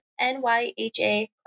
NYHA